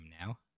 now